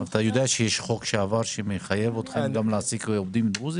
אתה יודע שיש חוק שעבר שמחייב אותכם להעסיק גם עובדים דרוזים.